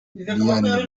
diane